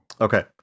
Okay